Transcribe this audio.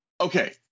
Okay